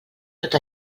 tot